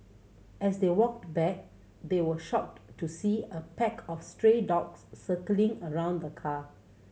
as they walked back they were shocked to see a pack of stray dogs circling around the car